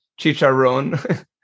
Chicharron